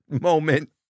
moment